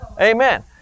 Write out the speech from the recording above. Amen